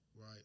right